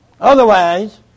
Otherwise